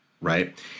right